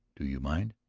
do you mind?